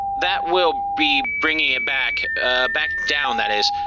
that will be bringing it back back down, that is.